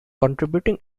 contributing